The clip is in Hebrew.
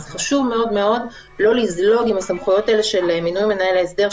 חשוב מאוד לא לזלוג עם הסמכויות האלה של מינוי מנהל ההסדר,